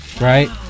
right